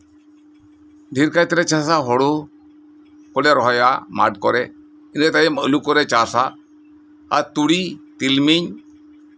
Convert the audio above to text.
ᱫᱷᱮᱨᱠᱟᱭ ᱛᱮᱞᱮ ᱪᱟᱥᱼᱟ ᱦᱳᱲᱳ ᱤᱱᱟᱹ ᱛᱟᱭᱚᱢ ᱟᱹᱞᱩ ᱠᱚᱞᱮ ᱪᱟᱥᱟ ᱟᱨ ᱛᱩᱲᱤ ᱛᱤᱞᱢᱤᱧ